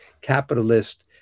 capitalist